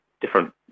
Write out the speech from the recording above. different